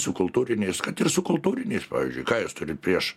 su kultūriniais kad ir su kultūriniais pavyzdžiui ką jūs turit prieš